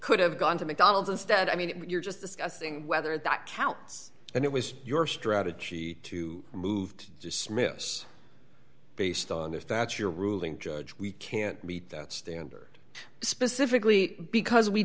could have gone to mcdonald's instead i mean you're just discussing whether that counts and it was your strategy to move to dismiss based on this that's your ruling judge we can't beat that standard specifically because we